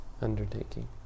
Undertaking